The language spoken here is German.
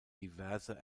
diverse